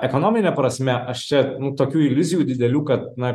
ekonomine prasme aš čia tokių iliuzijų didelių kad na